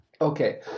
Okay